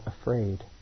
afraid